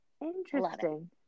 interesting